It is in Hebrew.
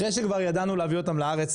אחרי שכבר ידענו להביא אותם לארץ,